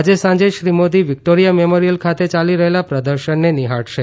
આજે સાંજે Shri Modi Victoria memorial ખાતે યાલી રહેલાં પ્રદર્શનને નિહાળશે